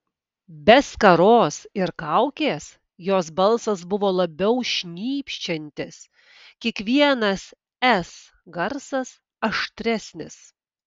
be skaros ir kaukės jos balsas buvo labiau šnypščiantis kiekvienas s garsas aštresnis